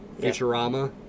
Futurama